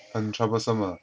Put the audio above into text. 很 troublesome